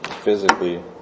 physically